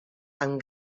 amb